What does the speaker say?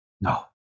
No